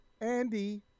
Andy